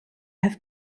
have